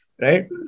Right